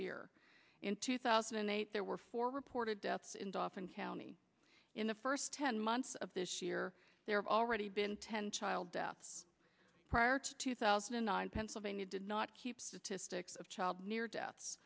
year in two thousand and eight there were four reported deaths in doffing county in the first ten months of this year there are already been ten child deaths prior to two thousand and nine pennsylvania did not keep statistics of child near deaths